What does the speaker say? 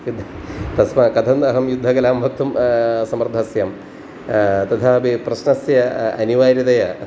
युद्धं तस्मात् कथं नहं युद्धकलां वक्तुं समर्थः स्यां तथापि प्रश्नस्य अनिवार्यतया